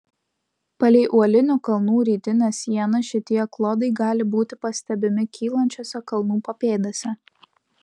palei uolinių kalnų rytinę sieną šitie klodai gali būti pastebimi kylančiose kalnų papėdėse